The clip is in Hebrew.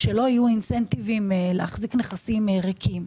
שלא יהיו אינסנטיבים להחזקת נכסים ריקים.